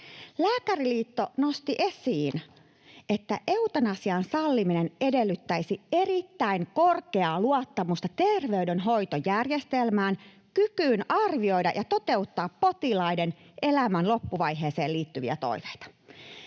Lääkäriliitto nosti esiin, että eutanasian salliminen edellyttäisi erittäin korkeaa luottamusta terveydenhoitojärjestelmän kykyyn arvioida ja toteuttaa potilaiden elämän loppuvaiheeseen liittyviä toiveita.